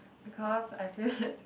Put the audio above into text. because I feel